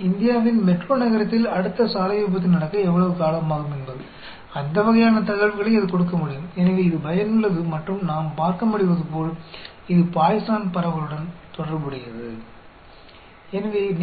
इसलिए कुछ घटनाओं के होने तक समय या दूरी का वर्णन करने के लिए इसका उपयोग किया जाता है जैसा कि मैंने कहा जैसा कि मैंने कहा आप जानते हैं भारत के मेट्रो शहर में होने वाली अगली